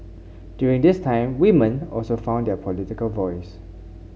during this time women also found their political voice